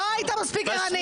לא היית מספיק ערני.